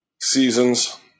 seasons